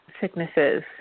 sicknesses